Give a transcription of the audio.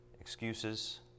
excuses